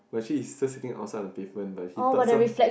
but actually is just sitting outside the pavement but he thought some